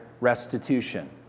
restitution